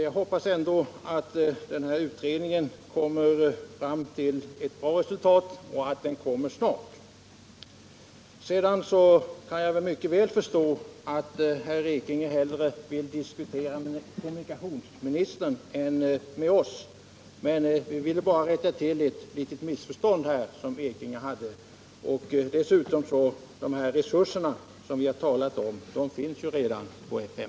Jag hoppas ändå att utredningen kommer snart och att den kommer fram till ett bra resultat. Jag kan mycket väl förstå att Bernt Ekinge hellre vill diskutera med kommunikationsministern än med oss. Men vi vill bara rätta till ett missförstånd som herr Ekinge gjorde sig skyldig till. Och dessutom: De resurser vi talat om finns redan på F 5.